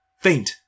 Faint